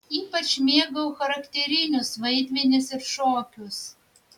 ypač mėgau charakterinius vaidmenis ir šokius